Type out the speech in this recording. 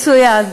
מצוין.